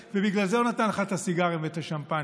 ובגלל זה הוא נתן לך את הסיגרים ואת השמפניות?